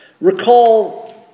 Recall